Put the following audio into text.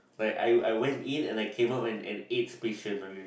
like I I went in and I came out an an aids patient okay